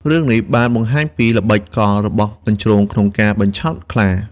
រឿងនេះបានបង្ហាញពីល្បិចកលរបស់កញ្ជ្រោងក្នុងការបញ្ឆោតខ្លា។